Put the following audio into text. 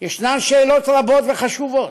ישנן שאלות רבות וחשובות.